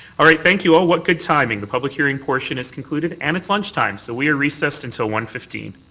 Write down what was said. all right, thank you. oh, what good timing. the public hearing portion is concluded and it's lunch time. so we are released until one fifteen.